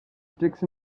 sticks